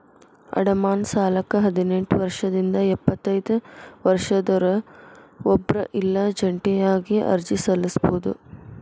ಅಡಮಾನ ಸಾಲಕ್ಕ ಹದಿನೆಂಟ್ ವರ್ಷದಿಂದ ಎಪ್ಪತೈದ ವರ್ಷದೊರ ಒಬ್ರ ಇಲ್ಲಾ ಜಂಟಿಯಾಗಿ ಅರ್ಜಿ ಸಲ್ಲಸಬೋದು